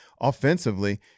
offensively